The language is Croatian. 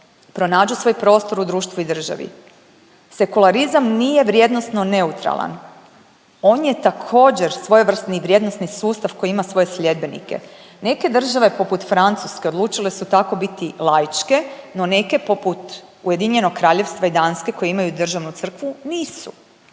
pronađu svoj prostor u društvu i državi. Sekularizam nije vrijednosno neutralan, on je također svojevrsni i vrijednosni sustav koji ima svoje sljedbenike. Neke države poput Francuske odlučile su tako biti laičke, no neke poput Ujedinjenog Kraljevstva i Danske koje imaju državnu crkvu nisu.